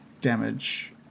damage